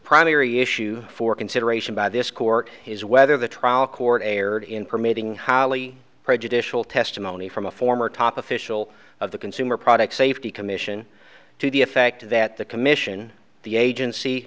primary issue for consideration by this court is whether the trial court erred in permitting highly prejudicial testimony from a former top official of the consumer products safety commission to the effect that the commission the agency